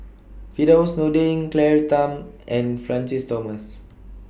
Firdaus Nordin Claire Tham and Francis Thomas